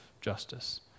justice